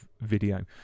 video